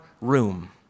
room